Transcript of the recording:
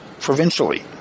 provincially